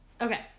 Okay